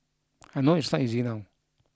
I know it's not easy now